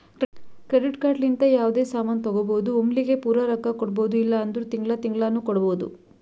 credit card ಲಿಂತ ಯಾವ್ದೇ ಸಾಮಾನ್ ತಗೋಬೋದು ಒಮ್ಲಿಗೆ ಪೂರಾ ರೊಕ್ಕಾ ಕೊಡ್ಬೋದು ಇಲ್ಲ ಅಂದುರ್ ತಿಂಗಳಾ ತಿಂಗಳಾನು ಕೊಡ್ಬೋದು